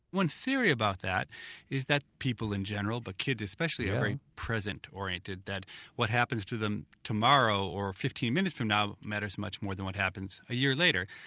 one theory about that is that people in general but kids especially are very present-oriented, that what happens to them tomorrow or fifteen minutes from now matters much more than what happens a year later.